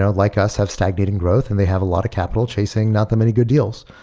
ah like us, have stagnating growth and they have a lot of capital chasing not the many good deals.